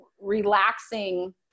relaxing